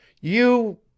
you—